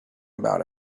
about